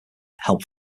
help